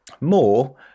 more